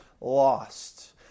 lost